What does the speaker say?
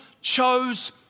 chose